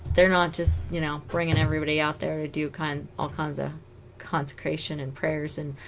they're not just you know bringing everybody out there i do kind all kinds of consecration and prayers and